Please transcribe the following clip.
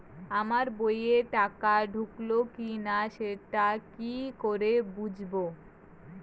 আমার বইয়ে টাকা ঢুকলো কি না সেটা কি করে বুঝবো?